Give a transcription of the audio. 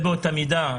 באותה המידה,